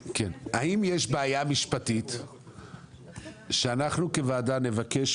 האם יש בעיה משפטית שאנחנו כוועדה נבקש